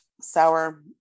sour